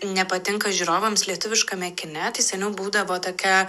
nepatinka žiūrovams lietuviškame kine tai seniau būdavo tokia